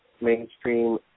mainstream